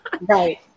Right